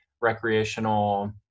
recreational